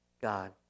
God